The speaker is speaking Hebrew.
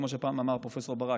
כמו שפעם אמר פרופ' ברק,